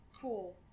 Cool